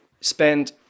spend